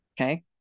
Okay